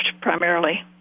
primarily